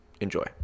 Enjoy